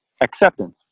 Acceptance